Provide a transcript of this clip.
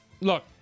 look